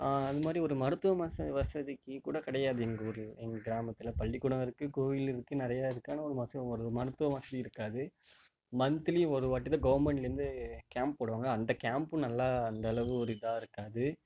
அது மாதிரி ஒரு மருத்துவ வசதி வசதிக்கு கூட கிடையாது எங்கள் ஊரில் எங்கள் கிராமத்தில் பள்ளிக்கூடம் இருக்குது கோவில் இருக்குது நிறைய இருக்குது ஆனால் ஒரு மருத்துவ ஒரு மருத்துவ வசதி இருக்காது மந்த்லி ஒரு வாட்டிதான் கவர்மெண்ட்லேருந்து கேம்ப் போடுவாங்க அந்த கேம்ப்பு நல்லா அந்த அளவு ஒரு இதாக இருக்காது